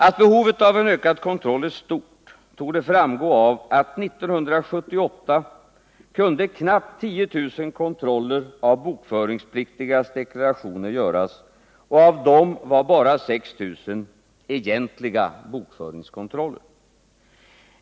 Att behovet av en ökad kontroll är stort torde framgå av att 1978 knappt 10 000 kontroller av bokföringspliktigas deklarationer kunde göras, och av dessa var bara 6 000 egentliga bokföringskontroller.